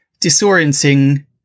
disorienting